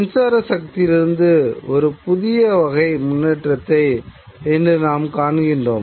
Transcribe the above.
மின்சார சக்தியிலிருந்து ஒரு புதிய வகை முன்னேற்றத்தை இன்று நாம் காண்கிறோம்